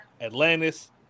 Atlantis